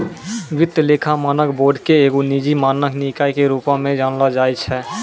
वित्तीय लेखा मानक बोर्ड के एगो निजी मानक निकाय के रुपो मे जानलो जाय छै